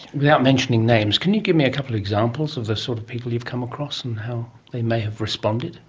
without mentioning names, can you give me a couple of examples of the sort of people you've come across and how they may have responded?